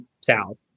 South